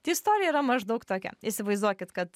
tai istorija yra maždaug tokia įsivaizduokit kad